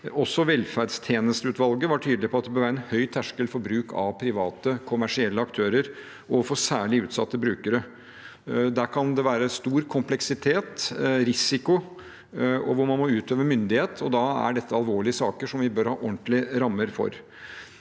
velferdstjenesteutvalget var tydelig på at det bør være en høy terskel for bruk av private kommersielle aktører overfor særlig utsatte brukere. Der kan det være stor kompleksitet og risiko, man må utøve myndighet, og da er dette alvorlige saker som vi bør ha ordentlige rammer for.